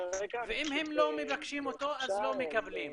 ואם הם לא מבקשים אותו אז לא מקבלים?